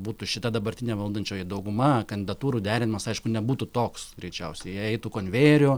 būtų šita dabartinė valdančioji dauguma kandidatūrų derinimas aišku nebūtų toks greičiausiai jie eitų konvejeriu